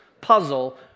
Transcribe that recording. puzzle